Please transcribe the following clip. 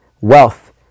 wealth